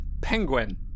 Penguin